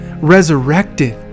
resurrected